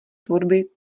tvorby